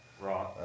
Right